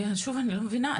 שוב, אני לא מבינה.